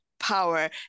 Power